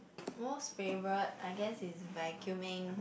most favourite I guess is vacuuming